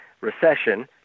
Recession